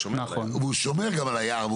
הוא גם שומר על היער.